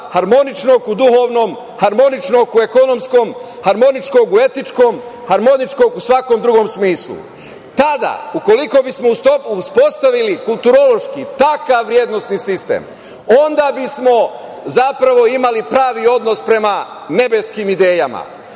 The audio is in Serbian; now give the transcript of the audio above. harmoničnom u duhovnom, harmoničnom u ekonomskom, harmoničnom u etičkom, harmoničnom u svakom drugom smislu, ukoliko bismo uspostavili kulturološki takav vrednosni sistem, onda bismo zapravo imali pravi odnos prema nebeskim idejama